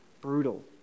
brutal